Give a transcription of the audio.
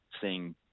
seeing